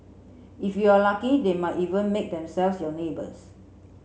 if you are lucky they might even make themselves your neighbours